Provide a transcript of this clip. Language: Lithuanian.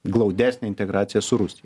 glaudesnę integraciją su rusija